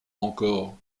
encore